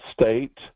state